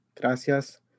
gracias